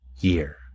year